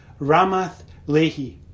Ramath-lehi